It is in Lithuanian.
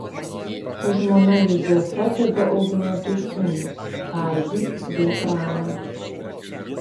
su žmona juzefa tada augino du sūnus kazį bei praną